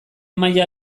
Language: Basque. maila